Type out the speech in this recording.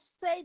say